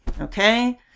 okay